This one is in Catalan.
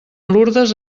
lurdes